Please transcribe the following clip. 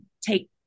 take